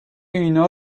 اینا